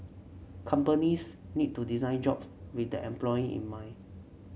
companies need to design jobs with the employee in mind